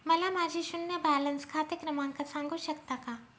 मला माझे शून्य बॅलन्स खाते क्रमांक सांगू शकता का?